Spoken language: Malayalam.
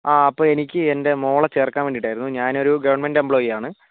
ആ അപ്പോൾ എനിക്ക് എൻറെ മകളെ ചേർക്കാൻ വേണ്ടിയിട്ടായിരുന്നു ഞാൻ ഒരു ഗവൺമെൻറ് എംപ്ലോയി ആണ്